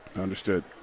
Understood